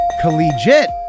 Collegiate